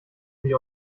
sie